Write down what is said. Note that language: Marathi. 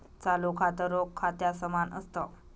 चालू खातं, रोख खात्या समान असत